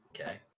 Okay